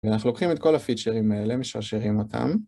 ואנחנו לוקחים את כל הפיצ'רים האלה משרשרים אותם